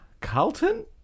Carlton